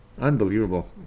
unbelievable